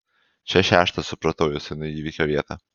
čia šeštas supratau jus einu į įvykio vietą